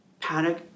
panic